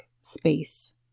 space